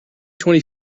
twenty